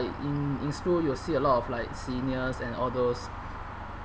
in in school you will see a lot of like seniors and all those